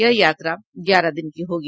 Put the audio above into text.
यह यात्रा ग्यारह दिन की होगी